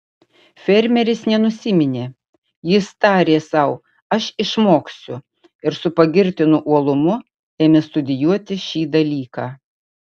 fermeris nenusiminė jis tarė sau aš išmoksiu ir su pagirtinu uolumu ėmė studijuoti šį dalyką